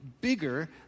bigger